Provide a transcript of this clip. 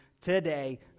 today